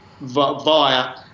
via